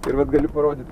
ir vat gali parodyt